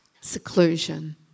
seclusion